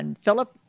Philip